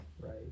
right